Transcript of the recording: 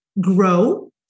grow